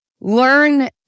learn